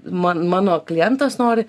man mano klientas nori